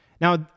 Now